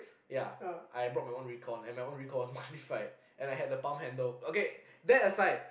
ya I brought my own recon and my own recon was modified and I had the bump handle okay that aside